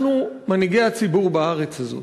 אנחנו מנהיגי הציבור בארץ הזאת,